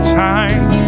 time